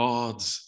God's